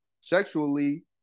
sexually